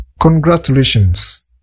Congratulations